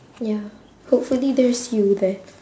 ya hopefully there's you there